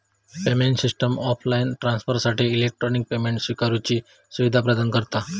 payment system offline ट्रांसफरसाठी electronic payment स्विकारुची सुवीधा प्रदान करता